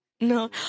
No